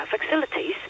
facilities